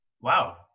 Wow